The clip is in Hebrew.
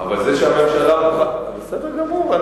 בסדר גמור.